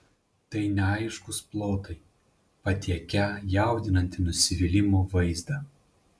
tai neaiškūs plotai patiekią jaudinantį nusivylimo vaizdą